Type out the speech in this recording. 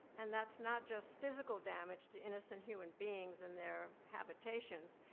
and that's not just physical damage to innocent human beings and their habitations,